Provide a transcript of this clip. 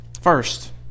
First